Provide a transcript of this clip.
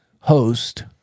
host